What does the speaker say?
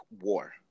war